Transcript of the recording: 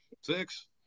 six